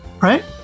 right